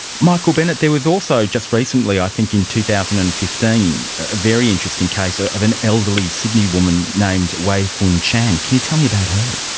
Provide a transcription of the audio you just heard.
michael bennett, there was also just recently i think in two thousand and fifteen a very interesting case ah of an elderly sydney woman named wai fun chan. can you tell me about her?